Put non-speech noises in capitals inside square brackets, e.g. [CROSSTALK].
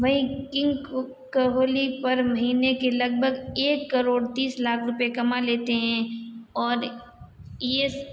वहीं किंग कोहली पर महीने के लगभग एक करोड़ तीस लाख रुपए कमा लेते हैं और [UNINTELLIGIBLE]